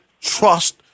trust